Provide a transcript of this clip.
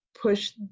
push